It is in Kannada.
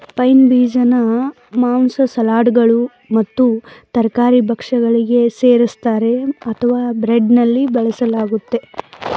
ಪೈನ್ ಬೀಜನ ಮಾಂಸ ಸಲಾಡ್ಗಳು ಮತ್ತು ತರಕಾರಿ ಭಕ್ಷ್ಯಗಳಿಗೆ ಸೇರಿಸ್ತರೆ ಅಥವಾ ಬ್ರೆಡ್ನಲ್ಲಿ ಬೇಯಿಸಲಾಗ್ತದೆ